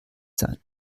sein